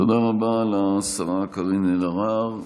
תודה רבה לשרה קארין אלהרר.